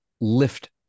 lift